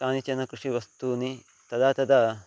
कानिचन कृषिवस्तूनि तदा तदा